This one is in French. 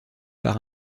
par